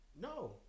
No